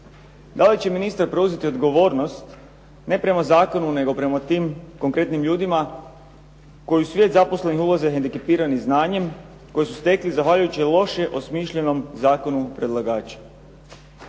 Da li će ministar preuzeti odgovornost, ne prema zakonu nego prema tim konkretnim ljudima koji u svijet zaposlenih ulaze hendikepirani znanjem koje su stekli zahvaljujući loše osmišljenom zakonu predlagača.